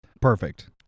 Perfect